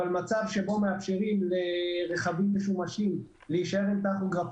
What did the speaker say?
אבל מצב שבו מאפשרים לרכבים משומשים להישאר עם טכוגרף